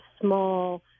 small